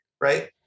right